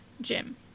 Jim